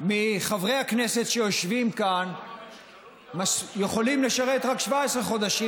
מחברי הכנסת שיושבים כאן יכולים לשרת רק 17 חודשים,